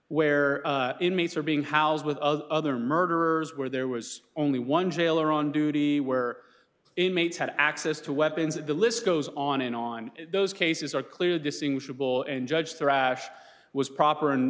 where inmates are being housed with other murderers where there was only one jail or on duty where inmates had access to weapons the list goes on and on those cases are clearly distinguishable and judge thrash was proper and